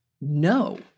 No